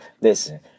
Listen